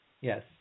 Yes